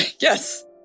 Yes